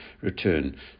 return